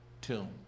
tomb